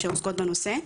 שעוסקות בנושא.